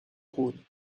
rhône